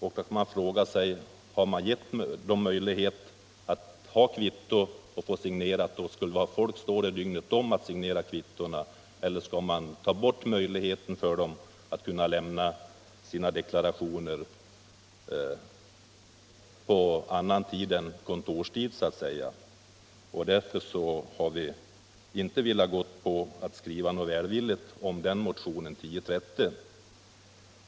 Då frågar man sig: Skall det finnas folk där dygnet om för att signera kvitton eller skall möjligheten slopas att lämna in deklarationen på annan tid än kontorstid, så att säga? Därför har vi i utskottet inte velat skriva något välvilligt om motionen 1030.